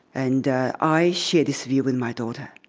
and i share this view with my daughter.